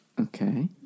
Okay